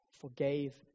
forgave